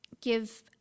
give